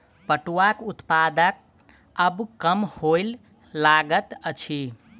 पटुआक उत्पादन आब कम होमय लागल अछि